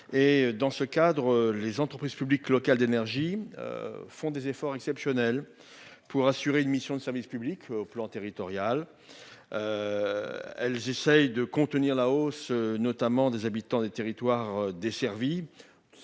dans ce cadre, les entreprises publiques locales d'énergie. Font des efforts exceptionnels pour assurer une mission de service public au plan territorial. Elles essayent de contenir la hausse notamment des habitants des territoires desservis.